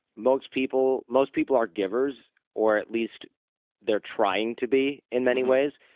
most people most people are givers or at least they're trying to be in many ways.